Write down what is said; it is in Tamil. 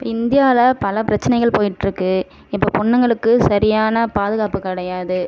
இப்போ இந்தியாவில் பல பிரச்சனைகள் போய்கிட்ருக்கு இப்போ பொண்ணுங்களுக்கு சரியான பாதுகாப்பு கிடையாது